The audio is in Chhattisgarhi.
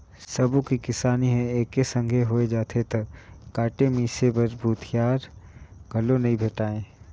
सबो के किसानी हर एके संघे होय जाथे त काटे मिसे बर भूथिहार घलो नइ भेंटाय